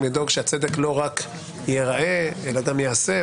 לדאוג שהצדק לא רק ייראה אלא גם ייעשה,